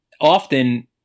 often